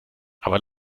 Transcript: aber